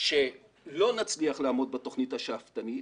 שלא נצליח לעמוד בתוכנית השאפתנית,